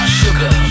sugar